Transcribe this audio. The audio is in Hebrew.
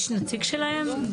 יש נציג שלהם?